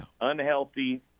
unhealthy